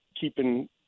keeping